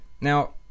Now